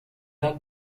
the